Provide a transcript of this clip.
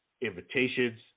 invitations